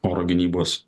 oro gynybos